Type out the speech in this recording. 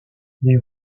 les